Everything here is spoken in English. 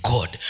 God